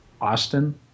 Austin